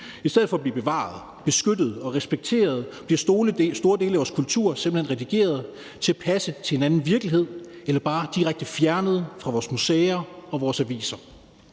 I stedet for at blive bevaret, beskyttet og respekteret bliver store dele af vores kultur simpelt hen redigeret til at passe til en anden virkelighed eller bare direkte fjernet fra vores museer og vores aviser.